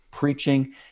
Preaching